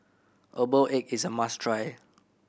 herbal egg is a must try